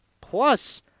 Plus